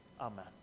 Amen